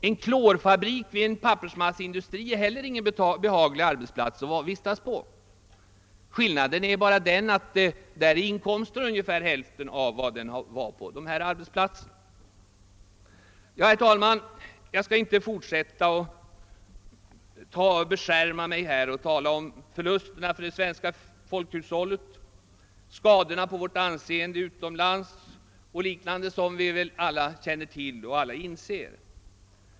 En klorfabrik vid en pappersmassaindustri är heller ingen behaglig arbetsplats att vistas på. Skillnaden är bara att inkomsten är ungefär hälften av den som utgår på de strejkberörda arbetsplatserna. Herr talman! Jag skall inte fortsätta att beskärma mig och tala om förlusterna för det svenska folkhushållet, om skadorna på vårt anseende utomlands och om liknande saker som vi alla känner till och inser.